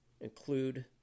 include